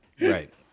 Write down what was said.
Right